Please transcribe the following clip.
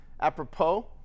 apropos